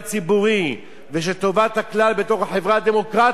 החברה הדמוקרטית".